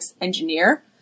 engineer